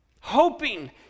Hoping